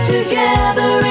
Together